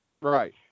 Right